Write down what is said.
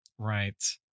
Right